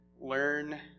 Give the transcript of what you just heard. learn